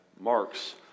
marks